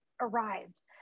arrived